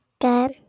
Good